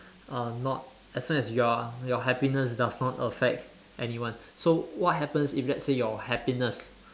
uh not as long as you are your happiness does not affect anyone so what happens if let's say your happiness